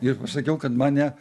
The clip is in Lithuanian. ir pasakiau kad mane